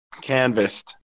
canvassed